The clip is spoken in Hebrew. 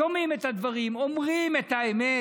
שומעים את הדברים, אומרים את האמת,